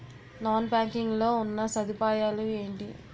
Non banking లో ఉన్నా సదుపాయాలు ఎంటి?